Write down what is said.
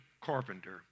Carpenter